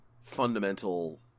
fundamental